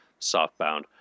softbound